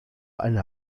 eine